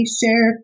share